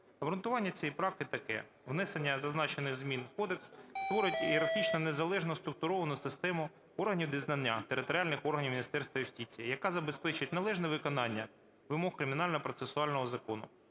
Обґрунтування цієї правки таке: внесення зазначених змін у кодекс створить ієрархічно незалежну структуровану систему органів дізнання територіальних органів Міністерства юстиції, яка забезпечить належне виконання вимог кримінального процесуального закону,